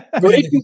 great